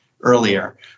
earlier